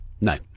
no